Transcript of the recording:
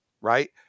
right